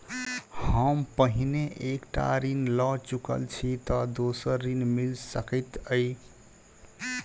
हम पहिने एक टा ऋण लअ चुकल छी तऽ दोसर ऋण मिल सकैत अई?